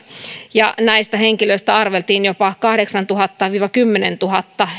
näistä henkilöistä arveltiin että jopa kahdeksantuhatta viiva kymmenentuhatta